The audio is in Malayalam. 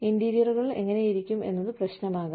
ഇന്റീരിയറുകൾ എങ്ങനെയിരിക്കും എന്നത് പ്രശ്നമാകാം